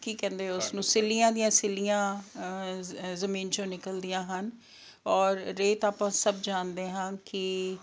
ਕੀ ਕਹਿੰਦੇ ਉਸ ਨੂੰ ਸਿੱਲੀਆਂ ਦੀਆਂ ਸਿੱਲੀਆਂ ਜ਼ਮੀਨ 'ਚੋਂ ਨਿਕਲਦੀਆਂ ਹਨ ਔਰ ਰੇਤ ਆਪਾਂ ਸਭ ਜਾਣਦੇ ਹਾਂ ਕਿ